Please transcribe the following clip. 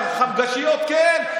על חמגשיות כן,